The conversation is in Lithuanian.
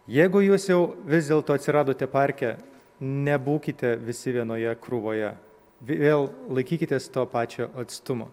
jeigu jūs jau vis dėlto atsiradote parke nebūkite visi vienoje krūvoje vėl laikykitės to pačio atstumo